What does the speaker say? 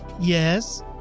Yes